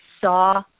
saw –